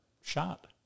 shot